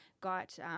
got